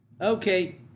Okay